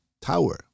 tower